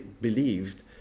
believed